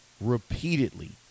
repeatedly